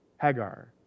Hagar